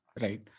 right